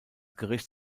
gericht